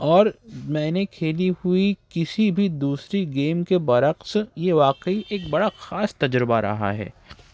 اور میں نے کھیلی ہوئی کسی بھی دوسری گیم کے برعکس یہ واقعی ایک بڑا خاص تجربہ رہا ہے